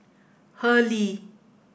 Hurley